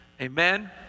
Amen